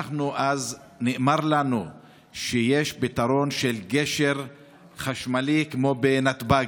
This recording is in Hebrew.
נאמר לנו אז שיש פתרון: גשר חשמלי כמו בנתב"ג.